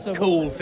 cool